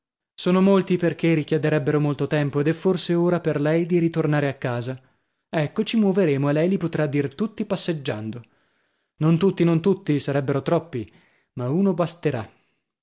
sono molti i perchè richiederebbero molto tempo ed è forse ora per lei di ritornare a casa ecco ci muoveremo e lei li potrà dir tutti passeggiando non tutti non tutti sarebbero troppi ma uno basterà